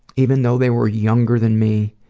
even though they were younger than me